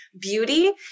beauty